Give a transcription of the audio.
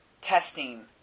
testing